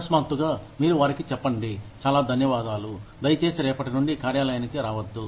అకస్మాత్తుగా మీరు వారికి చెప్పండి చాలా ధన్యవాదాలు దయచేసి రేపటి నుండి కార్యాలయానికి రావద్దు